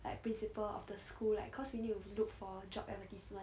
like principal of the school like cause we need to look for a job advertisement